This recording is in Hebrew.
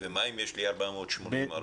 ומה אם יש לי 480 או 450?